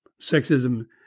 sexism